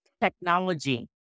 technology